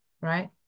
right